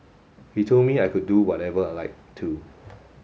he told me I could do whatever I like too